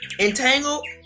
entangled